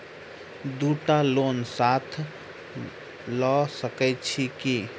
दु टा लोन साथ लऽ सकैत छी की?